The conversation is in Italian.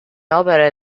opere